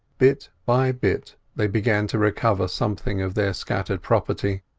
bit by bit they began to recover something of their scattered property.